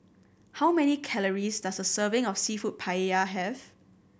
how many calories does a serving of Seafood Paella have